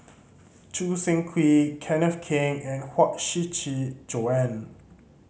Choo Seng Quee Kenneth Keng and Huang Shiqi Joan